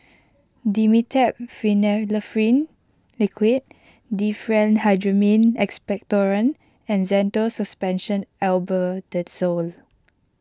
Dimetapp Phenylephrine Liquid Diphenhydramine Expectorant and Zental Suspension Albendazole